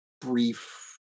brief